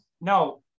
No